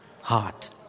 Heart